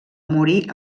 morir